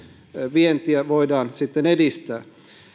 vientiä voidaan edistää